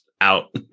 out